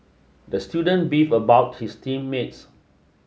the student beef about his team mates